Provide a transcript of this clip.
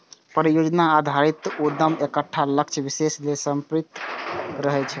परियोजना आधारित उद्यम एकटा लक्ष्य विशेष लेल समर्पित रहै छै